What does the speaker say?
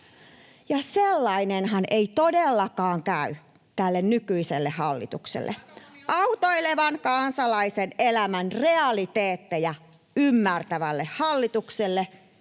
Sellainenhan ei todellakaan käy tälle nykyiselle hallitukselle. Autoilevan kansalaisen elämän realiteetteja ymmärtävälle hallitukselle